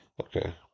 Okay